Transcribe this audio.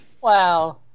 Wow